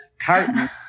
carton